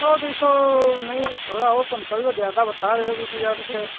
सौ दुइ सौ नहीं थोड़ा और कम कर लो ज़्यादा बता रहे हो बीस हज़ार रुपये